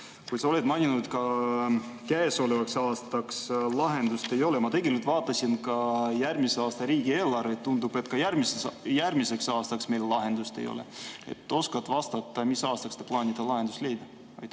Kuid sa oled maininud ka, et käesolevaks aastaks lahendust ei ole. Ma vaatasin järgmise aasta riigieelarvet, tundub, et ka järgmiseks aastaks meil lahendust ei ole. Oskad sa vastata, mis aastaks te plaanite lahenduse leida? Aitäh,